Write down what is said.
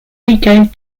rican